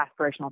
aspirational